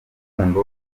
rukundo